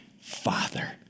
Father